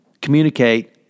communicate